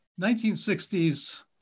1960s